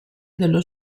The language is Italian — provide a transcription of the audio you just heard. dello